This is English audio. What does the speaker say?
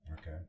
Okay